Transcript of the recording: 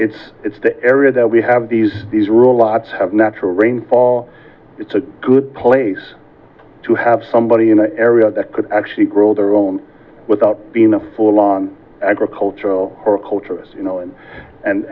it's it's the area that we have these these rural lads have natural rainfall it's a good place to have somebody in an area that could actually grow their own without being a full on agricultural or a culture you know